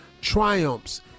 triumphs